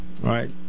right